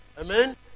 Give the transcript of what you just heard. Amen